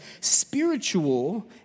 spiritual